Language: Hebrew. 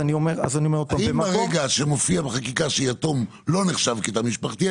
האם ברגע שמופיע בחקיקה שיתום לא נחשב כתא משפחתי,